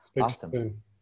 Awesome